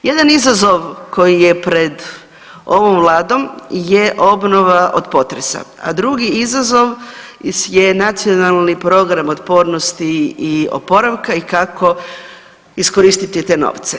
Jedan izazov koji je pred ovom Vladom je obnova od potresa, a drugi izazov je Nacionalni program otpornosti i oporavka i kako iskoristiti te novce.